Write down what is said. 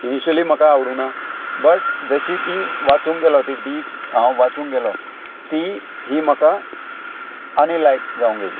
initially म्हाका आवडूंक ना बट जशी ती वाचूंक गेलो ती डीप हांव वाचूंक गेलो ती ही म्हाका आनी लायक जावंक गेली